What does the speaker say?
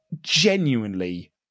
genuinely